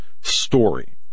story